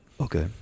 Okay